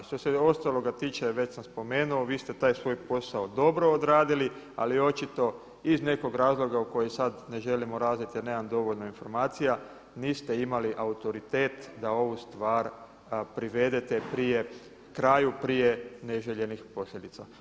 Što se ostaloga tiče, već sam spomenuo, vi ste taj svoj posao dobro odradili ali očito iz nekog razloga u koji sada ne želim … [[Govornik se ne razumije]] jer nemam dovoljno informacija niste imali autoritet da ovu stvar privedete prije, kraju prije neželjenih posljedica.